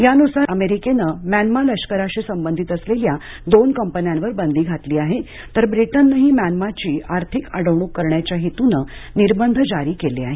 यानुसार अमेरिकेनं म्यानमा लष्कराशी संबंधित असलेल्या दोन कंपन्यांवर बंदी घातली आहे तर ब्रिटननंही म्यानमाची आर्थिक अडवणूक करण्याच्या हेतूनं निर्बंध जारी केले आहेत